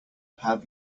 have